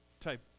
type